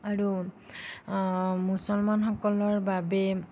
আৰু মুছলমানসকলৰ বাবে